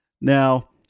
Now